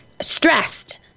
stressed